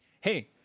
hey